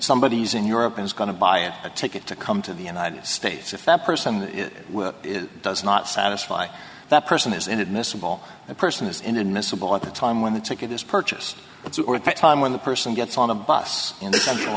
somebody is in europe is going to buy a ticket to come to the united states if that person is does not satisfy that person is inadmissible that person is inadmissible at the time when the ticket is purchased it's or at that time when the person gets on a bus in the central